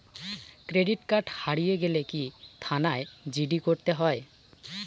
Credit card হারিয়ে গেলে কি থানায় জি.ডি করতে হয়?